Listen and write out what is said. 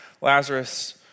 Lazarus